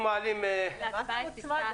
למה זה מוצמד?